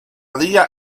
día